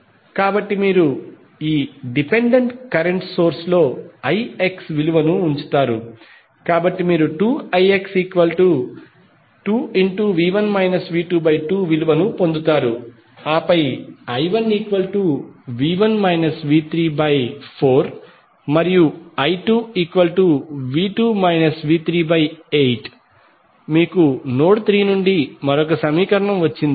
కాబట్టి మీరు ఈ డిపెండెంట్ కరెంట్ సోర్స్ లో ix విలువను ఉంచుతారు కాబట్టి మీరు 2ix 2V1 V22 విలువను పొందుతారు ఆపై I1 V1 V34 మరియు I2 V2 V38 మీకు నోడ్ 3 నుండి మరొక సమీకరణం వచ్చింది